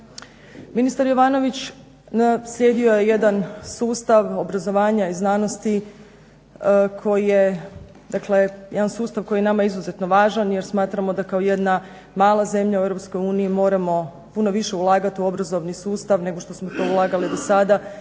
Ministar Jovanović slijedio je jedan sustav obrazovanja i znanosti koji je dakle jedan sustav koji je nama izuzetno važan jer smatramo da kao jedna mala zemlja u EU moramo puno više ulagat u obrazovni sustav nego što smo to ulagali do sada,